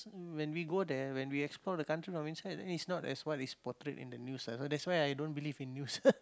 when we go there when we explore the country from inside eh it's not as what is portrayed in the news ah so that's why I don't believe in news